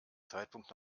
zeitpunkt